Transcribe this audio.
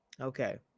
Okay